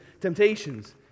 temptations